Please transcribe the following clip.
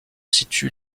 situe